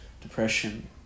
depression